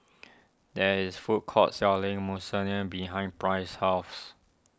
there is food court selling Monsunabe behind Price's house